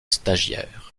stagiaire